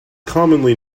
commonly